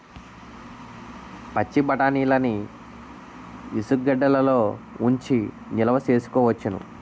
పచ్చిబఠాణీలని ఇసుగెడ్డలలో ఉంచి నిలవ సేసుకోవచ్చును